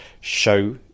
show